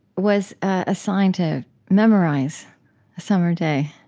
was assigned to memorize a summer day.